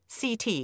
CT